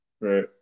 Right